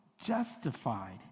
justified